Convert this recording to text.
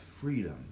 freedom